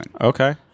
Okay